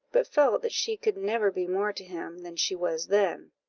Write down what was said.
but felt that she could never be more to him than she was then.